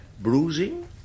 bruising